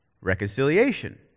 Reconciliation